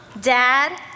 dad